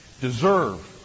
deserve